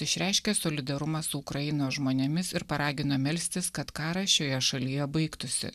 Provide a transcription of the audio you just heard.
išreiškė solidarumą su ukrainos žmonėmis ir paragino melstis kad karas šioje šalyje baigtųsi